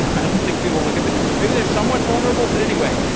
i don't think people look at the maybe they're somewhat vulnerable but anyway,